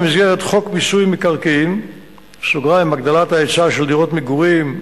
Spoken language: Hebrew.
במסגרת חוק מיסוי מקרקעין (הגדלת ההיצע של דירות מגורים,